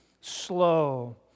Slow